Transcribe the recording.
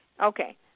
Okay